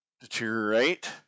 deteriorate